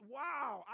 wow